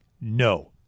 No